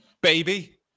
baby